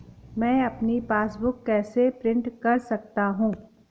मैं अपनी पासबुक कैसे प्रिंट कर सकता हूँ?